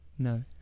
no